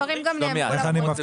הדברים גם נאמרו לפרוטוקול.